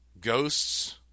Ghosts